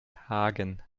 hagen